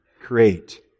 create